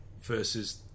versus